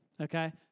okay